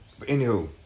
Anywho